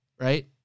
Right